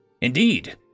Indeed